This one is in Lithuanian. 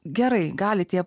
gerai gali tie